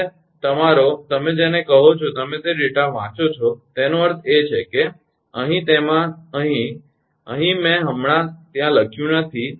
અને તમારો તમે જેને કહો છો તમે તે ડેટા વાંચો છો તેનો અર્થ એ છે કે અહીં તેમાં અહીં અહીં મેં હમણાં ત્યાં લખ્યું નથી